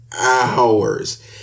hours